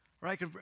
right